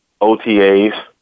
OTAs